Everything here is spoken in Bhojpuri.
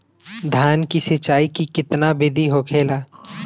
धान की सिंचाई की कितना बिदी होखेला?